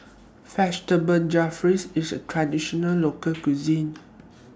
Vegetable Jalfrezi IS A Traditional Local Cuisine